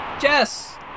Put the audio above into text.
Jess